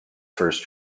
first